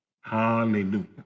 hallelujah